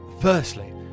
Firstly